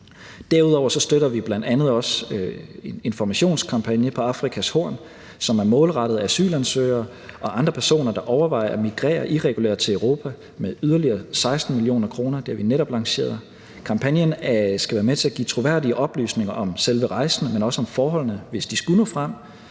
Derudover støtter vi bl.a. også en informationskampagne på Afrikas Horn, som er målrettet asylansøgere og andre personer, der overvejer at migrere irregulært til Europa, med yderligere 16 mio. kr.; det har vi netop lanceret. Kampagnen skal være med til at give troværdige oplysninger om selve rejsen, men også om forholdene, hvis de skulle nå frem.